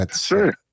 Sure